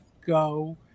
go